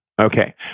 Okay